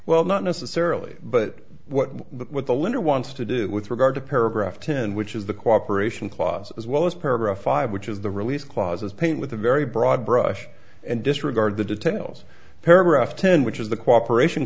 well not necessarily but what the litter wants to do with regard to paragraph ten which is the cooperation clause as well as paragraph five which is the release clause is paint with a very broad brush and disregard the details paragraph ten which is the cooperation